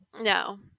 No